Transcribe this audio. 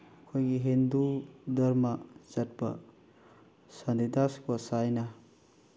ꯑꯩꯈꯣꯏꯒꯤ ꯍꯤꯟꯗꯨ ꯙꯔꯃ ꯆꯠꯄ ꯁꯥꯟꯇꯤ ꯗꯥꯁ ꯒꯣꯁꯥꯏꯅ